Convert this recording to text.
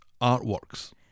artworks